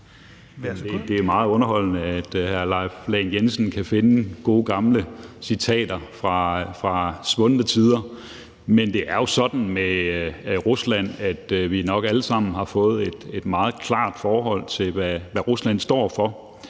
Det er meget underholdende, at hr. Leif Lahn Jensen kan finde gode gamle citater fra svundne tider. Men det er jo sådan med Rusland, at vi nok alle sammen har fået et meget klart forhold til, hvad Rusland står for,